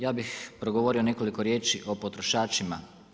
Ja bih progovorio nekoliko riječi o potrošačima.